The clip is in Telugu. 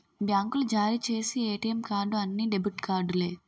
బ్యాంకులు జారీ చేసి ఏటీఎం కార్డు అన్ని డెబిట్ కార్డులే